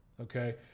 okay